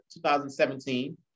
2017